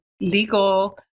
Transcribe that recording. legal